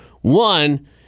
One